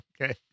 Okay